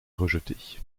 rejetée